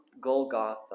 Golgotha